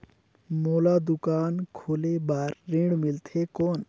मोला दुकान खोले बार ऋण मिलथे कौन?